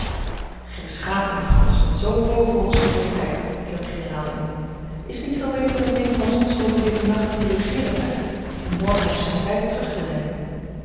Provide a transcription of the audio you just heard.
gij beschaamt mij francis met zoo povere hospitaliteit viel de generaal in is t niet veel beter dat neef van zonshoven dezen nacht hier logeeren blijft om morgen op zijn tijd terug te rijden